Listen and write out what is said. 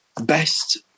best